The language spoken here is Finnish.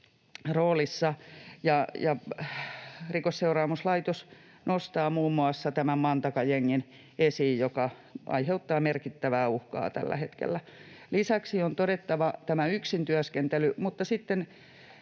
Rikosseuraamuslaitos nostaa esiin muun muassa Mantaqa-jengin, joka aiheuttaa merkittävää uhkaa tällä hetkellä. Lisäksi on todettava yksin työskentely, ja sitten